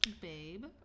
Babe